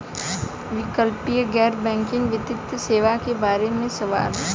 वैकल्पिक गैर बैकिंग वित्तीय सेवा के बार में सवाल?